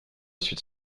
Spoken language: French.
suite